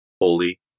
Holy